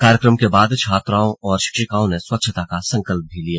कार्यक्रम के बाद छात्राओं और शिक्षिकाओं ने स्वच्छता का संकल्प भी लिया